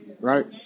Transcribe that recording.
right